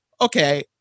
okay